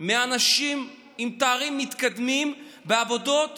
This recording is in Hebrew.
באנשים עם תארים מתקדמים בעבודות